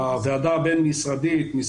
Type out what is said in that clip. וועדה בין משרדית הכוללת אותנו,